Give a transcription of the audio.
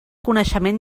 coneixement